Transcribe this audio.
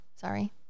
Sorry